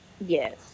Yes